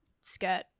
skirt